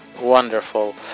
Wonderful